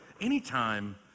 Anytime